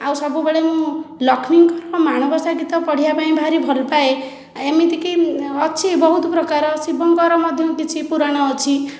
ଆଉ ସବୁବେଳେ ମୁଁ ଲକ୍ଷ୍ମୀଙ୍କର ମାଣବସା ଗୀତ ପଢ଼ିବାପାଇଁ ଭାରି ଭଲପାଏ ଏମିତିକି ଅଛି ବହୁତ ପ୍ରକାର ଶିବଙ୍କର ମଧ୍ୟ କିଛି ପୁରାଣ ଅଛି